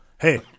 Hey